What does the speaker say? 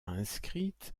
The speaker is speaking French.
inscrite